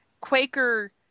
Quaker